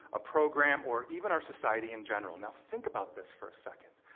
a program, or even our society in general. now, think about this for a second.